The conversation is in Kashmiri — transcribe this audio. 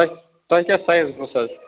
تۄہہِ تۄہہِ کیٛاہ سایِز گوٚژھ حظ